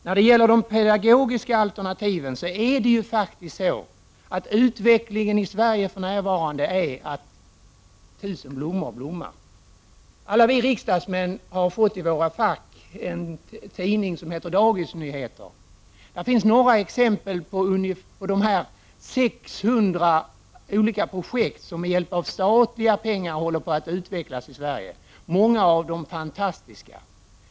När det gäller de pedagogiska alternativen är utvecklingen i Sverige för närvarande den att tusen blommor blommar. Alla vi riksdagsmän har i våra fack fått en tidning som heter Dagisnyheter. Där finns några exempel på de 600 olika projekt som med hjälp av statliga pengar håller på att utvecklas i Sverige. Många av dem är fantastiska.